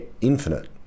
infinite